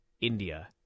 India